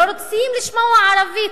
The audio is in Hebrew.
לא רוצים לשמוע ערבית,